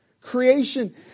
Creation